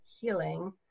healing